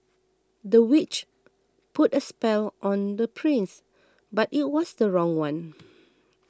the witch put a spell on the prince but it was the wrong one